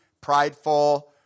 prideful